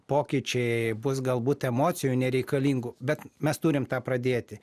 pokyčiai bus galbūt emocijų nereikalingų bet mes turim tą pradėti